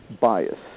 bias